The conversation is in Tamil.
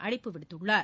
அழைப்பு விடுத்துள்ளார்